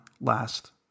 Last